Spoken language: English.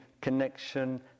connection